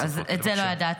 אוקיי, את זה לא ידעתי.